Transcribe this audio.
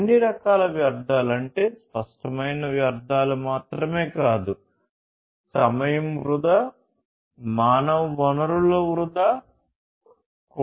అన్ని రకాల వ్యర్థాలు అంటే స్పష్టమైన వ్యర్ధాలు మాత్రమే కాదు సమయం వృధా మానవ వనరుల వృధా కూడా